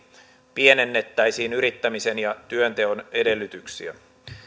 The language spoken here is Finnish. pienennettäisiin yrittämisen ja työnteon edellytyksiä